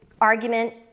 argument